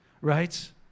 right